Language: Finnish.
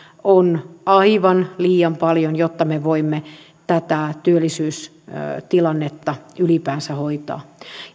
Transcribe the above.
on aivan liian paljon jotta me voimme tätä työllisyystilannetta ylipäänsä hoitaa